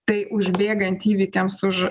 tai užbėgant įvykiams už